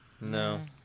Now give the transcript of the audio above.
No